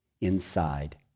inside